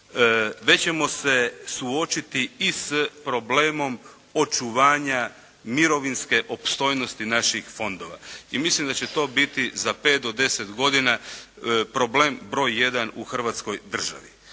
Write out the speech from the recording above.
već ćemo se suočiti i sa problemom očuvanja mirovinske opstojnosti naših fondova. I mislim da će to biti za 5 do 10 godina problem broj 1 u hrvatskoj državi.